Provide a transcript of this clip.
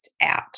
out